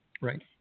Right